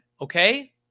okay